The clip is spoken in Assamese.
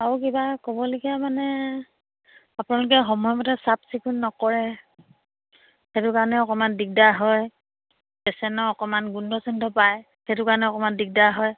আৰু কিবা ক'বলগীয়া মানে আপোনালোকে সময়মতে চাফ চিকুণ নকৰে সেইটো কাৰণেও অকণমান দিগদাৰ হয় পেচেন্টৰ অকণমান গোন্ধ চোন্ধ পায় সেইটো কাৰণে অকণমান দিগদাৰ হয়